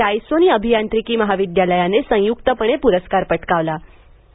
रायसोनी अभियांत्रिकी महाविद्यालयाने संयुक्तपणे पुरस्कार पटकावला आहे